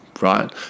right